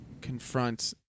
confront